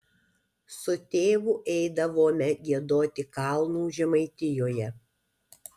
su tėvu eidavome giedoti kalnų žemaitijoje